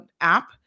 app